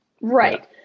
right